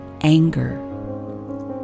anger